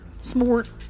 Smart